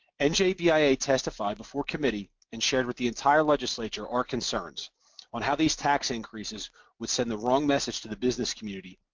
and njbia testified before committee and shared with the entire legislature our concerns on how these tax increases would send the wrong message to the business community,